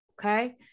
okay